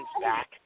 back